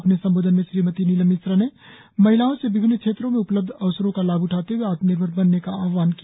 अपने संबोधन में श्रीमती नीलम मिश्रा ने महिलाओं से विभिन्न क्षेत्रों में उपलब्ध अवसरों का लाभ उठाते हए आत्म निर्भर बनने का आहवान किया